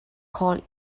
called